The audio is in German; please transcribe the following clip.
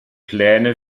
pläne